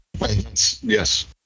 yes